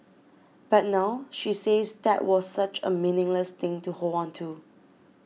but now she says that was such a meaningless thing to hold on to